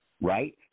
right